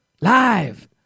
Live